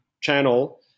channel